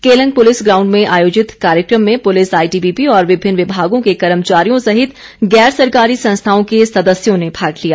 Keylong police ground में आयोजित कार्यक्रम में पुलिस आईटीबीपी और विभिन्न विभागों के कर्मचारियों सहित गैर सरकारी संस्थाओं के सदस्यों ने भाग लिया